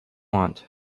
want